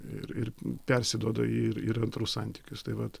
ir ir persiduoda ir ir antrus santykius tai vat